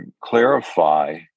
clarify